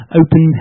open